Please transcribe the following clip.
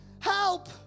Help